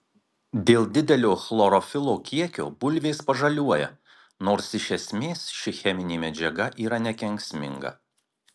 dėl didelio chlorofilo kiekio bulvės pažaliuoja nors iš esmės ši cheminė medžiaga yra nekenksminga